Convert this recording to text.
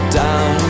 down